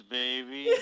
baby